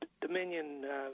Dominion